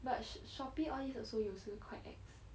but sh~ Shoppee all these 有时 quite ex